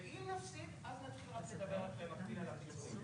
אני לא מדברת על המטרו,